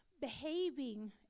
behaving